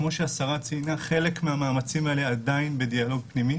כמו שהשרה ציינה חלק מהמאמצים האלה עדיין בדיאלוג פנימי